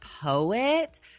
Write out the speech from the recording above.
poet